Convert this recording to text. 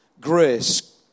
grace